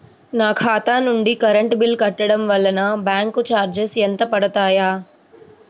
నా ఖాతా నుండి కరెంట్ బిల్ కట్టడం వలన బ్యాంకు చార్జెస్ ఎంత పడతాయా?